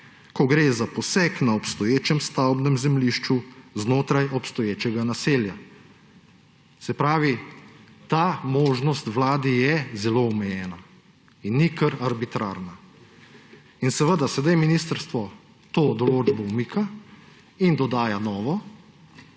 ko gre za poseg na obstoječem stavbnem zemljišču znotraj obstoječega naselja. Se pravi, ta možnost vladi je zelo omejena in ni kar arbitrarna. Sedaj ministrstvo to določbo umika in dodaja novo,